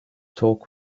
talk